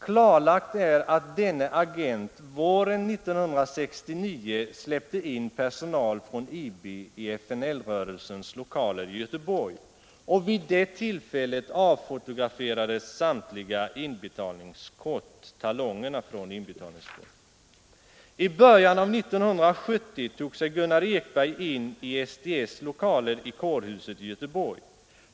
Klarlagt är att denne agent våren 1969 släppte in personal från IB i FNL-rörelsens lokaler i Göteborg, och vid det tillfället avfotograferades samtliga inbetalningskorts talonger. I början av 1970 tog sig Gunnar Ekberg in i SDS:s lokaler i Kårhuset i Göteborg.